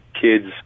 kids